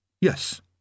Yes